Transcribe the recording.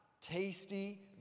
tasty